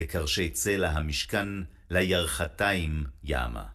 בקרשי צלע המשכן לירכתיים ימה.